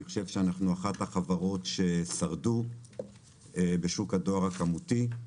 אני חושב שאנחנו אחת החברות ששרדה בשוק הדואר הכמותי.